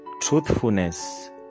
truthfulness